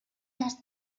les